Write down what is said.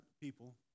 people